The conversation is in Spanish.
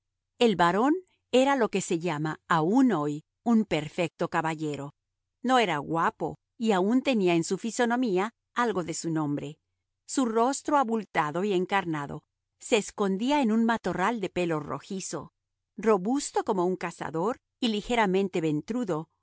el barón era lo que se llama aun hoy un perfecto caballero no era guapo y aun tenía en su fisonomía algo de su nombre su rostro abultado y encarnado se escondía en un matorral de pelo rojizo robusto como un cazador y ligeramente ventrudo